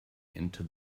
into